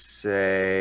say